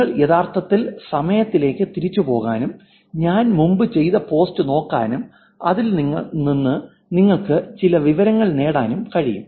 നിങ്ങൾക്ക് യഥാർത്ഥത്തിൽ സമയത്തിലേക്ക് തിരിച്ചു പോകാനും ഞാൻ മുമ്പ് ചെയ്ത പോസ്റ്റ് നോക്കാനും അതിൽ നിന്ന് നിങ്ങൾക്ക് ചില വിവരങ്ങൾ നേടാനും കഴിയും